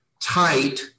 tight